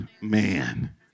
man